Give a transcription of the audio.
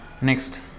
Next